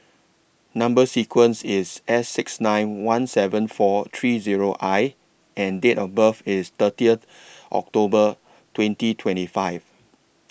Number sequence IS S six nine one seven four three Zero I and Date of birth IS thirty October twenty twenty five